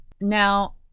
Now